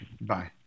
bye